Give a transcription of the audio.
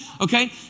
Okay